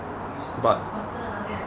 but